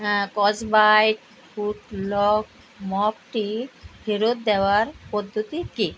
হ্যাঁ Scotch Brite foot lock মপটি ফেরত দেওয়ার পদ্ধতি কী